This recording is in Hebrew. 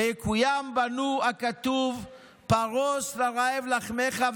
ויקוים בנו הכתוב: "פָרֹס לרעב לחמך,